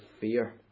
fear